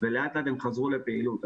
ולאט לאט הם חזרו לפעילות.